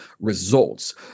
results